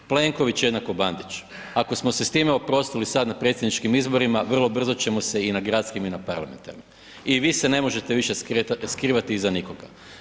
Plenković jednako Bandić, ako smo se s time oprostili sada na predsjedničkim izborima vrlo brzo ćemo se i na gradskim i na parlamentarnim i vi se više ne možete više skrivati iza nikoga.